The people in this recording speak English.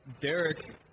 Derek